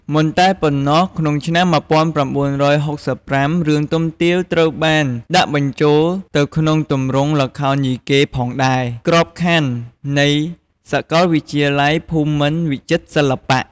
មិនត្រឹមតែប៉ុណ្ណោះ ក្នុងឆ្នាំ ១៩៦៥ រឿងទុំទាវ ត្រូវបានដាក់បញ្ចូលទៅក្នុងទម្រង់ល្ខោនយីកេផងដែរ ក្របខណ្ឌនៃសកលវិទ្យាល័យភូមិន្ទវិចិត្រសិល្បៈ។